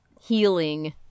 healing